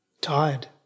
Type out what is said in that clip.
Tired